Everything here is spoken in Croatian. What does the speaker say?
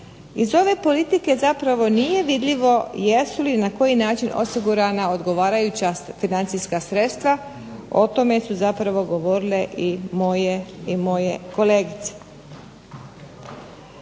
iz ove politike zapravo nije vidljivo jesu li i na koji način osigurana odgovarajuća financijska sredstva, o tome su zapravo govorile i moje kolegice.